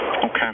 Okay